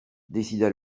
décida